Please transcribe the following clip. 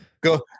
go